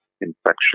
infection